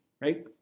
right